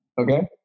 okay